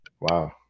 Wow